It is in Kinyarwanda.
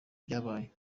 byabaye